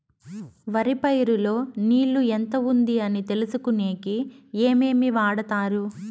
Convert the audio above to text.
వరి పైరు లో నీళ్లు ఎంత ఉంది అని తెలుసుకునేకి ఏమేమి వాడతారు?